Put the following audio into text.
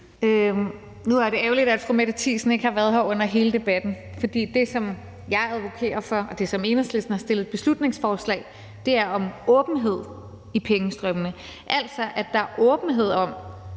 Nu er det ærgerligt, at fru Mette Thiesen ikke har været her under hele debatten, for det, som jeg advokerer for, og det, som Enhedslisten har fremsat beslutningsforslag om, er åbenhed i pengestrømmene, altså at der er åbenhed om,